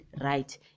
right